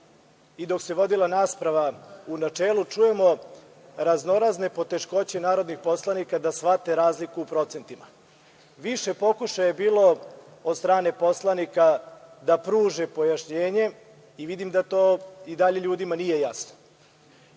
i dok se vodila rasprava u načelu čujemo raznorazne poteškoće narodnih poslanika da shvate razliku u procentima. Više pokušaja je bilo od strane poslanika da pruže pojašnjenjem i vidim da to i dalje ljudima nije